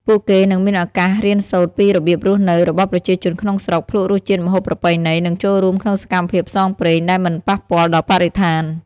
ពួកគេនឹងមានឱកាសរៀនសូត្រពីរបៀបរស់នៅរបស់ប្រជាជនក្នុងស្រុក ភ្លក់រសជាតិម្ហូបប្រពៃណី និងចូលរួមក្នុងសកម្មភាពផ្សងព្រេងដែលមិនប៉ះពាល់ដល់បរិស្ថាន។